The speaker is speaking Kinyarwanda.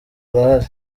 arahari